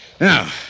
Now